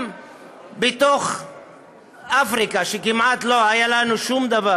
גם באפריקה, ששם כמעט לא היה לנו שום דבר,